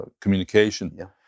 communication